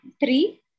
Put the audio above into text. three